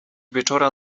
wieczora